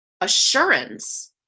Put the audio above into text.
assurance